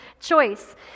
choice